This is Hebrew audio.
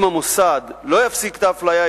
אם המוסד לא יפסיק את האפליה,